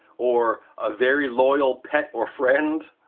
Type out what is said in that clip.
or a very loyal pet or friend.